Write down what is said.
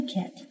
kit